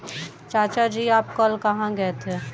चाचा जी आप कल कहां गए थे?